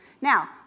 Now